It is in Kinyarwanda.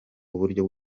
uburyo